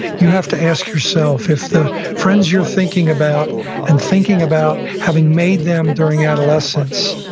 you have to ask yourself if the friends you're thinking about and thinking about having made them during adolescence,